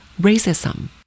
racism